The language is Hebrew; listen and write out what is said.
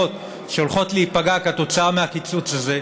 שהולכות להיפגע כתוצאה מהקיצוץ הזה,